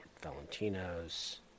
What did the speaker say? Valentino's